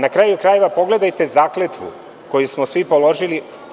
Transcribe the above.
Na kraju, pogledajte zakletvu koju smo svi položili.